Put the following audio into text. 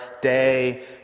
day